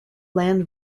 land